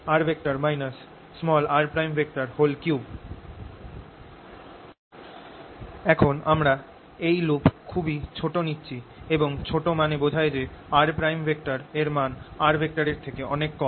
3 এখন আমরা এই লুপ খুবই ছোট নিচ্ছি এবং ছোট মানে বোঝায় যে r এর মান r এর থেকে অনেক কম